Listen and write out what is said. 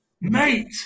mate